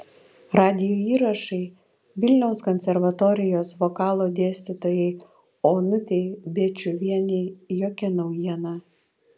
radijo įrašai vilniaus konservatorijos vokalo dėstytojai onutei bėčiuvienei jokia naujiena